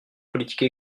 politique